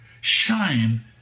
shine